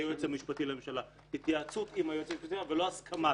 היועץ המשפטי לממשלה התייעצות עם היועץ המשפטי אבל לא "הסכמת".